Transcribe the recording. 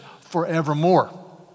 forevermore